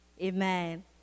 amen